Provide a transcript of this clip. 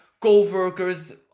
co-workers